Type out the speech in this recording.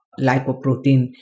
lipoprotein